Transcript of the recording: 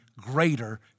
greater